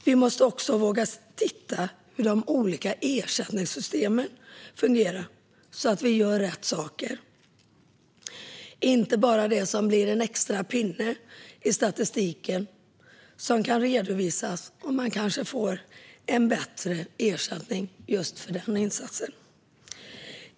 Vi måste också våga titta på hur de olika ersättningssystemen fungerar så att vi gör rätt saker - inte bara det som blir en extra pinne i statistiken som kan redovisas så att man kanske får en bättre ersättning just för den insatsen.